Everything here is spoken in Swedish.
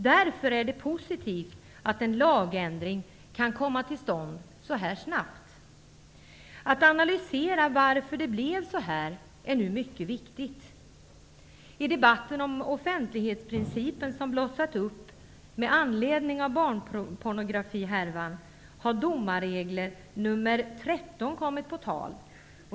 Därför är det positivt att en lagändring kan komma till stånd så här snabbt. Att analysera varför det blev så här är nu mycket viktigt. I debatten om offentlighetsprincipen, som blossat upp med anledning av barnpornografihärvan, har domarregeln nr 13 kommit på tal.